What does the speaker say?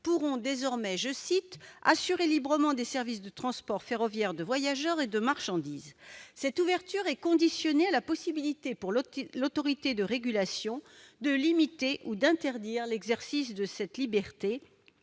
pourront désormais assurer librement des services de transport ferroviaire de voyageurs et de marchandises. Cette ouverture est conditionnée à la possibilité pour l'autorité de régulation de limiter ou d'interdire l'exercice de cette « liberté